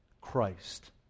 Christ